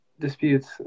Disputes